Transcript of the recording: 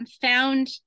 found